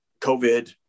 COVID